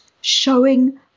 showing